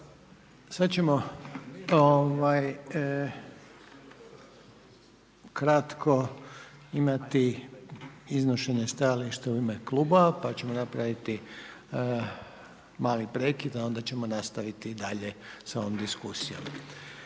Sad ćemo kratko imati iznošenje stajališta u ime klubova pa ćemo napraviti mali prekid a onda ćemo nastaviti dalje sa ovom diskusijom.